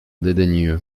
dédaigneux